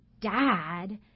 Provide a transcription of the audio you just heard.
dad